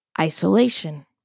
isolation